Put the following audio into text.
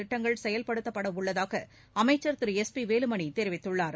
திட்டங்கள் செயல்படுத்தப்பட உள்ளதாக அமைச்சர் திரு எஸ் பி வேலுமணி தெரிவித்துள்ளார்